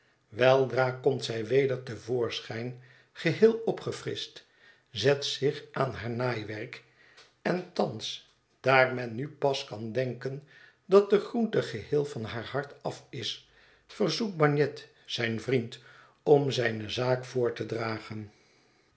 weldra komt zij weder te voorschijn geheel opgefrischt zet zich aan haar naaiwerk en thans daar men nu pas kan denken dat de groente geheel van haar hart af is verzoekt bagnet zijn vriend om zijne zaak voor te dragen